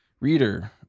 Reader